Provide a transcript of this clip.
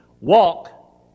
Walk